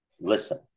listen